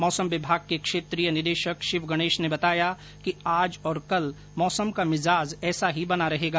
मौसम विभाग के क्षेत्रीय निदेशक शिव गणेश ने बताया कि आज और कल मौसम का मिजाज ऐसा ही बना रहेगा